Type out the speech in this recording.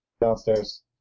downstairs